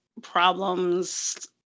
problems